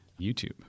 YouTube